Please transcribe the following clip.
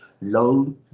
low